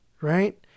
right